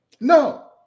No